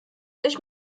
ich